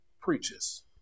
preaches